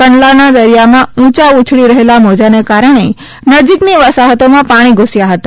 કંડલા દરિયામાં ઉચા ઉછળી રહેલા મોજાના કારણે નજીકની વસાહતોમાં પાણી ધૂસ્યા હતા